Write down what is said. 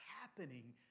happening